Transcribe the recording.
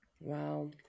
Wow